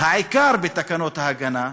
את העיקר בתקנות ההגנה השאירו,